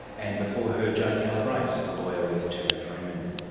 and before her, joe calabrese, a lawyer with turner freeman.